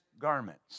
garments